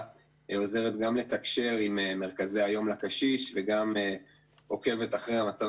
עוזרת גם לתקשר עם מרכזי היום לקשיש וגם עוקבת אחר המצב